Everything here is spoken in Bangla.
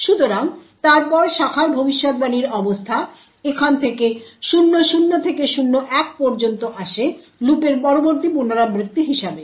সুতরাং তারপর শাখার ভবিষ্যদ্বাণীর অবস্থা এখান থেকে 00 থেকে 01 পর্যন্ততে আসে লুপের পরবর্তী পুনরাবৃত্তি হিসাবে